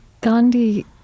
Gandhi